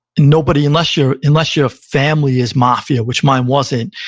nobody, unless your unless your family is mafia, which mine wasn't,